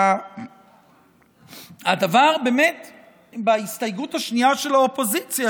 עכשיו הדבר בהסתייגות השנייה של האופוזיציה,